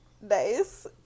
Nice